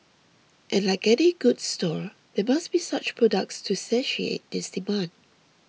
and like any good store there must be such products to satiate this demand